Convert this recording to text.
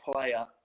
player